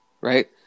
Right